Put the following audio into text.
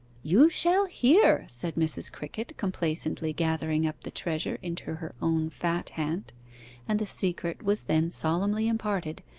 you shall hear said mrs. crickett, complacently gathering up the treasure into her own fat hand and the secret was then solemnly imparted,